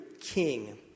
king